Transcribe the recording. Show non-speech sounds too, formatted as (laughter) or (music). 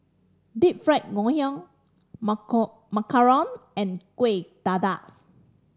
Deep Fried Ngoh Hiang (unintelligible) macarons and Kuih Dadar (hesitation)